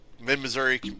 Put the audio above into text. Mid-Missouri